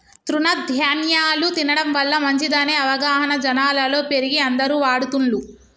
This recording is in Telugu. తృణ ధ్యాన్యాలు తినడం వల్ల మంచిదనే అవగాహన జనాలలో పెరిగి అందరు వాడుతున్లు